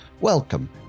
Welcome